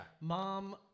Mom